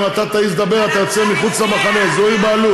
הצעות חוק, זה הכול.